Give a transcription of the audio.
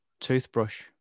toothbrush